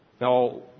Now